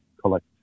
collect